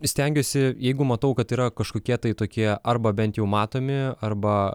stengiuosi jeigu matau kad yra kažkokie tai tokie arba bent jau matomi arba